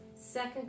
Second